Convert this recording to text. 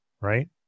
right